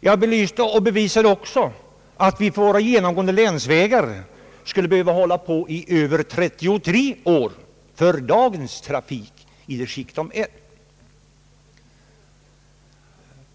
Jag belyste och bevisade också att vi skulle behöva arbeta i över 33 år med våra genomgående länsvägar för att anpassa dem till dagens trafik med utgångspunkt från det skick de nu befinner sig i.